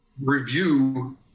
review